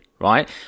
right